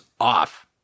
off